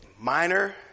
minor